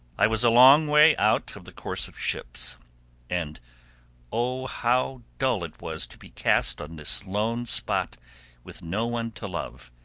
i was a long way out of the course of ships and oh, how dull it was to be cast on this lone spot with no one to love,